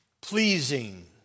pleasing